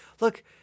look